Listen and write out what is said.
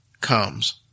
comes